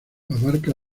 abarca